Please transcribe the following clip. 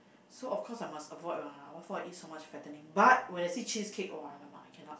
so of course I must avoid lah what for I eat so much fattening but when I see cheesecake !wah! !alamak! I cannot